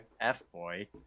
F-Boy